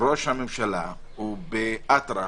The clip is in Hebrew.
ראש הממשלה הוא באטרף,